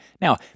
now